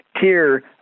tier